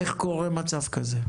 איך קורה מצב כזה?